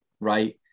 right